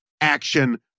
action